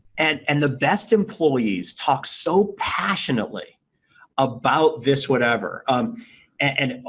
and and the best employees talk so passionately about this whatever um and,